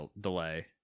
delay